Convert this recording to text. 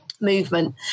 movement